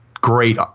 great